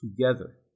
together